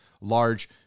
large